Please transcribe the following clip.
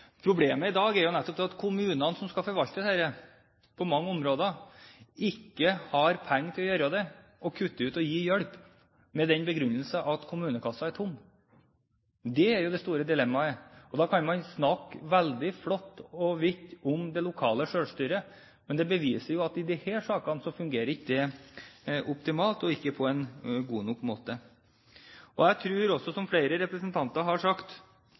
å gjøre det, og kutter ut å gi hjelp, med den begrunnelse at kommunekassen er tom. Det er jo det store dilemmaet. Da kan man snakke veldig flott og vidt om det lokale selvstyret, men det beviser jo at i disse sakene fungerer ikke det optimalt, og ikke på en god nok måte. Jeg tror også, som flere representanter har sagt,